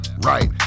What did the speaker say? Right